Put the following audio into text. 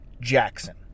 Jackson